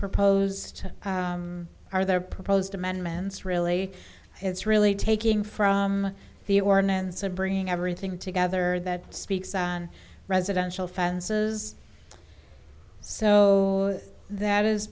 proposed are there proposed amendments really it's really taking from the ordinance and bringing everything together that speaks on residential fences so that is